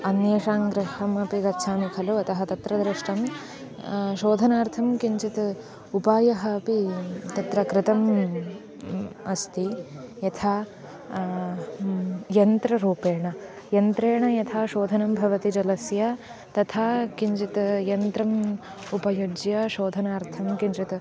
अन्येषां गृहमपि गच्छामि खलु अतः तत्र दृष्टं शोधनार्थं किञ्चित् उपायः अपि तत्र कृतः अस्ति यथा यन्त्ररूपेण यन्त्रेण यथा शोधनं भवति जलस्य तथा किञ्जित् यन्त्रम् उपयुज्य शोधनार्थं किञ्जित्